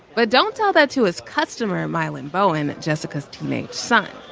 but don't tell that to his customer, mylan bowen, jessica's teenage son.